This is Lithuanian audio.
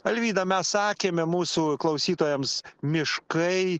alvyda mes sakėme mūsų klausytojams miškai